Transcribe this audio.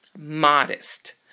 modest